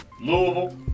Louisville